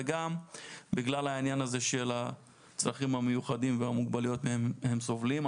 וגם בגלל העניין הזה של הצרכים המיוחדים והמוגבלויות הם סובלים.